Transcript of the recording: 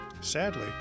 Sadly